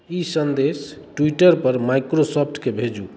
ई सन्देश ट्विटरपर माइक्रोसॉफ्टके भेजू